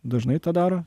dažnai tą daro